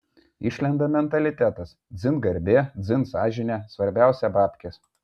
išlenda mentalitetas dzin garbė dzin sąžinė svarbiausia babkės